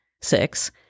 Six